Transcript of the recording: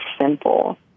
simple